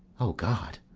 o god!